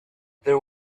there